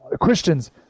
Christians